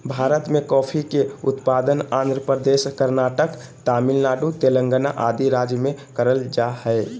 भारत मे कॉफी के उत्पादन आंध्र प्रदेश, कर्नाटक, तमिलनाडु, तेलंगाना आदि राज्य मे करल जा हय